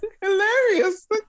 hilarious